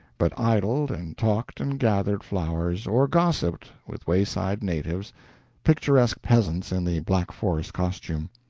but idled and talked and gathered flowers, or gossiped with wayside natives picturesque peasants in the black forest costume.